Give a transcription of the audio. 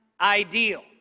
ideal